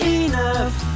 enough